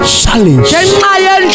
challenge